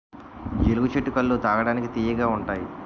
జీలుగు చెట్టు కల్లు తాగడానికి తియ్యగా ఉంతాయి